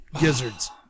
gizzards